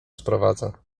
sprowadza